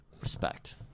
respect